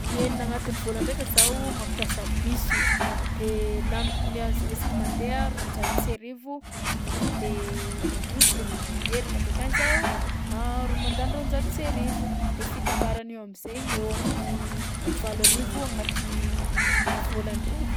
Nienina agnatin'ny vôlan-draika zaho mampiasa bus, de laniko amin'ny a- za isaka mandeha roanjato sy arivo mandeha mandroso de miherigna avy akany zaho ro- mandany roanjato sy arivo. De fitambaran'io amin'zainy eo amin'ny valo arivo agnatin'ny vôlan-draika.